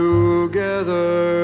together